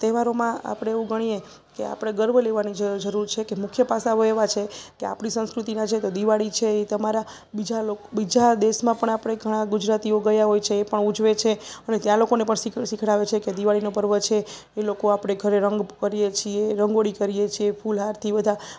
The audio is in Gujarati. તહેવારોમાં આપણે એવું ગણીએ કે આપણે ગર્વ લેવાની છે જરૂર છે કે મુખ્ય પાસે એવા છે કે આપણી સંસ્કૃતિના છે તો દિવાળી છે એ તમારા બીજા લોકો બીજા દેશમાં પણ આપણે ઘણા ગુજરાતીઓ ગયા હોય છે એ પણ ઉજવે છે અને ત્યાં લોકોને પણ શીખ શીખડાવે છે કે દિવાળીનો પર્વ છે એ લોકો આપણે ઘરે રંગ કરીએ છીએ રંગોળી કરીએ છીએ ફૂલહારથી બધા